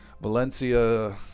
Valencia